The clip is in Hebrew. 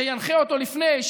שינחה אותו לפני,